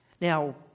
Now